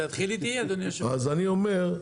אני אומר,